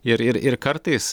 ir ir ir kartais